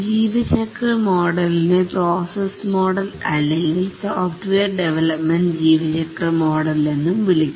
ജീവചക്ര മോഡലിനെ process model അല്ലെങ്കിൽ software ഡെവലപ്മെൻറ്ജീവചക്ര മോഡൽ എന്നും വിളിക്കുന്നു